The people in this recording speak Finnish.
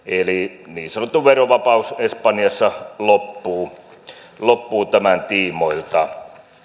eli niin sanottu verovapaus espanjassa loppuu tämän tiimoilta